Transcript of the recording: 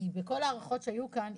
כי בכל ההארכות שהיו כאן,